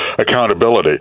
accountability